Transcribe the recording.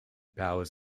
powers